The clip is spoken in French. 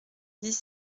dix